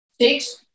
Six